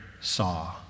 saw